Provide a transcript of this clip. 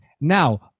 Now